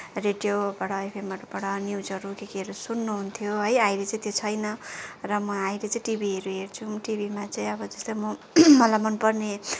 रोडियोबाट एफएमहरूबाट न्युजहरू के केहरू सुन्नुहुन्थ्यो है अहिले चाहिँ त्यो छैन र अहिले चाहिँ म टिभीहरू हेर्छु टिभीमा चाहिँ अब जस्तै म मलाई मनपर्ने